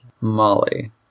Molly